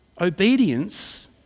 Obedience